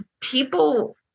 People